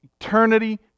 eternity